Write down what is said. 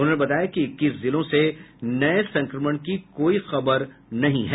उन्होंने बताया कि इक्कीस जिलों से नये संक्रमण की कोई खबर नहीं आई